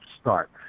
start